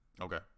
Okay